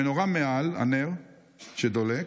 המנורה מעל הנר שדולק,